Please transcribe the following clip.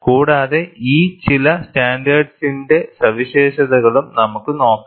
കൂടാതെ ഈ ചില സ്റ്റാൻഡേർഡ്സിന്റെ സവിശേഷതകളും നമുക്ക് നോക്കാം